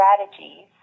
strategies